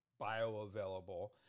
bioavailable